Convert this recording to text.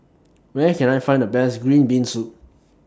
Where Can I Find The Best Green Bean Soup